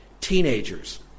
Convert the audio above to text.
teenagers